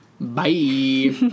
Bye